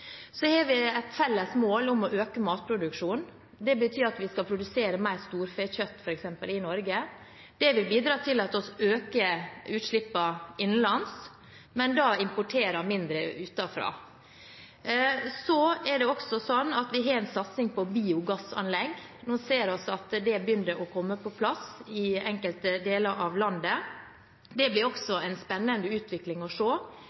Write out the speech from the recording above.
Vi har et felles mål om å øke matproduksjonen. Det betyr at vi f.eks. skal produsere mer storfekjøtt i Norge. Det vil bidra til at vi øker utslippene innenlands, men da importerer mindre utenfra. Det er også sånn at vi har en satsing på biogassanlegg. Nå ser vi at det begynner å komme på plass i enkelte deler av landet. Det blir også en spennende utvikling å